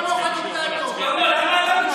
הוא בחר אותם, הציבור הזה.